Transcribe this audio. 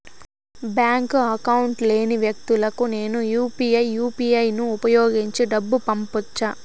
Bank account లేని వ్యక్తులకు నేను యు పి ఐ యు.పి.ఐ ను ఉపయోగించి డబ్బు పంపొచ్చా?